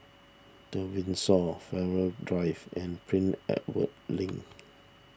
the Windsor Farrer Drive and Prince Edward Link